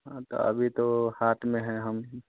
हाँ तो अभी तो हाथ में हैं हम